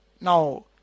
now